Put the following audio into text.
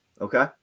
Okay